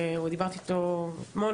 דיברתי איתו המון,